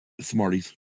Smarties